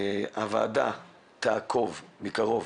הוועדה תעקוב מקרוב